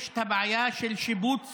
יש את הבעיה של שיבוץ